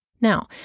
Now